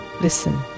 Listen